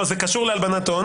זה קשור להלבנת הון.